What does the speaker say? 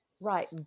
Right